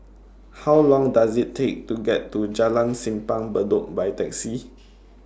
How Long Does IT Take to get to Jalan Simpang Bedok By Taxi